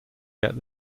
get